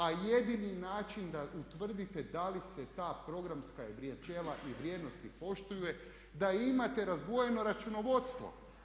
A jedini način da utvrdite da li se ta programska načela i vrijednosti poštuju je da imate razdvojeno računovodstvo.